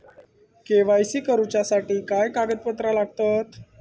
KYC करूच्यासाठी काय कागदपत्रा लागतत?